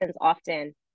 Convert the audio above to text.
often